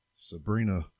Sabrina